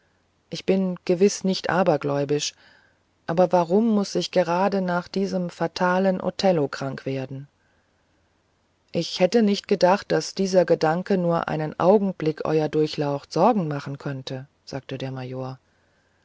ich bin gewiß nicht abergläubisch aber warum muß ich gerade nach diesem fatalen othello krank werden ich hätte nicht gedacht daß dieser gedanke nur einen augenblick ew durchlaucht sorge machen könnte sagte der major